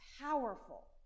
powerful